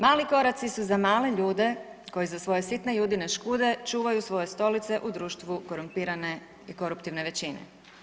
Mali koraci su za male ljude koji za svoje sitne Judine škude čuvaju svoje stolice u društvu korumpirane i koruptivne većine.